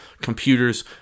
Computers